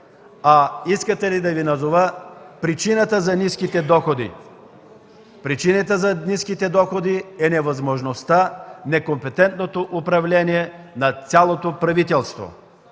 Искате ли да Ви назова причината за ниските доходи? Причината за ниските доходи е невъзможността, некомпетентното управление на цялото правителство.